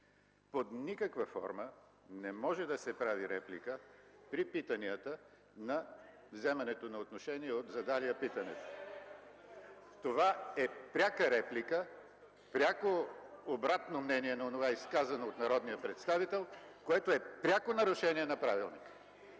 „Под никаква форма не може да се прави реплика при питанията на вземането на отношение от задалия питането”. (Шум и реплики от ГЕРБ.) Това е пряка реплика, пряко обратно мнение на онова, изказано от народния представител, което е пряко нарушение на правилника.